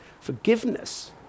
Forgiveness